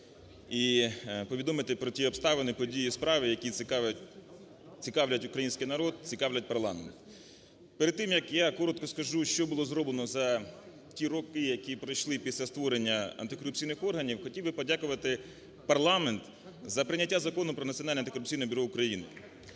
і повідомити про ті обставини, події і справи, які цікавлять український народ, цікавлять парламент. Перед тим, як я коротко скажу, що було зроблено за ті роки, які пройшли після створення антикорупційних органів, хотів би подякувати парламент за прийняття Закону "Про Національне антикорупційне бюро України".